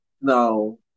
no